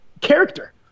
character